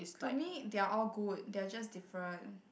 to me they are all good they are just different